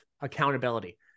accountability